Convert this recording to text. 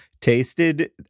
tasted